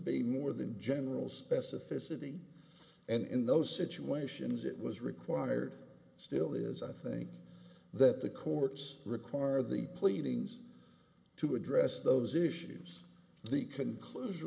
be more than general specificity and in those situations it was required still is i think that the course require the pleadings to address those issues the conclusion